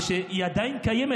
והיא עדיין קיימת.